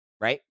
Right